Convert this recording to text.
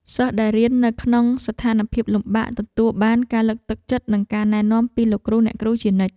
សិស្សដែលរស់នៅក្នុងស្ថានភាពលំបាកទទួលបានការលើកទឹកចិត្តនិងការណែនាំពីលោកគ្រូអ្នកគ្រូជានិច្ច។